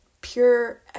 pure